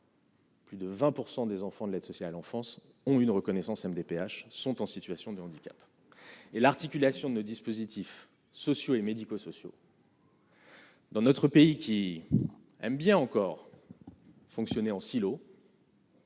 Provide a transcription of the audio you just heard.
Plus de 20 % des enfants de l'aide sociale en France ont une reconnaissance MDPH sont en situation de handicap et l'articulation de dispositifs sociaux et médico-sociaux. Dans notre pays, qui aime bien encore fonctionner en silos.